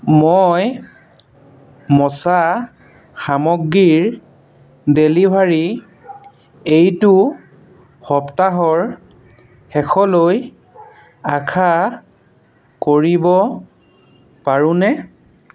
মই মচা সামগ্ৰীৰ ডেলিভাৰী এইটো সপ্তাহৰ শেষলৈ আশা কৰিব পাৰোঁনে